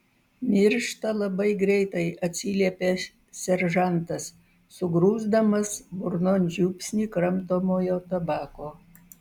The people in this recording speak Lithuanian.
miršta labai greitai atsiliepė seržantas sugrūsdamas burnon žiupsnį kramtomojo tabako